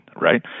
right